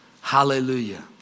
Hallelujah